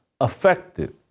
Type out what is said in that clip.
affected